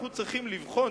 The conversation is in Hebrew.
אנחנו צריכים לבחון,